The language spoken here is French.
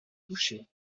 toucher